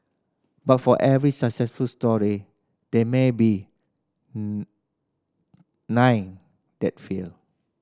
but for every successful story there may be nine that failed